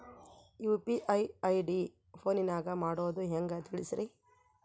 UPI ID ಫೋನಿನಾಗ ಮಾಡೋದು ಹೆಂಗ ತಿಳಿಸ್ರಿ?